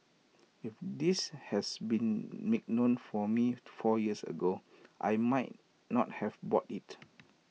if this had been made known to me four years ago I might not have bought IT